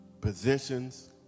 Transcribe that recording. positions